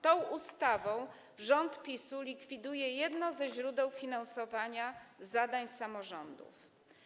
Tą ustawą rząd PiS-u likwiduje jedno ze źródeł finansowania zadań samorządów.